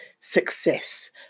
success